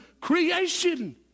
creation